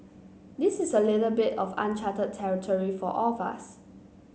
this is a little bit of uncharted territory for all of us